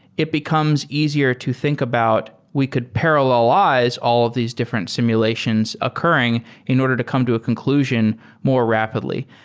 it becomes easier to think about we could parallelize all of these different simulations occurring in order to come to a conclusion more rapidly.